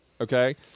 Okay